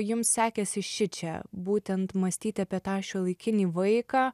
jum sekėsi šičia būtent mąstyti apie tą šiuolaikinį vaiką